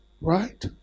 Right